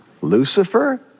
Lucifer